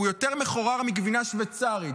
הוא מחורר יותר מגבינה שווייצרית.